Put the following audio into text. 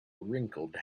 wrinkled